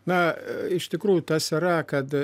na iš tikrųjų tas yra kad